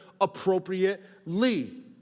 appropriately